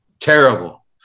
Terrible